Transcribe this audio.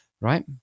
right